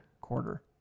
quarter